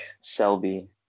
Selby